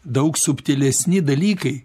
daug subtilesni dalykai